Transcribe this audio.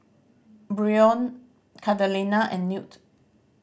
Brion Catalina and Newt